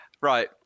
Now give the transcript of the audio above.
Right